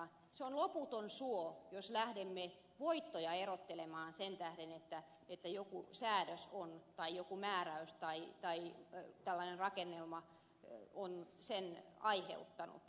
se on loputon suo jos lähdemme voittoja erottelemaan sen tähden että joku säädös tai joku määräys tai tällainen rakennelma on sen aiheuttanut